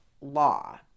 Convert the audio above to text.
law